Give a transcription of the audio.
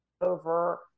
over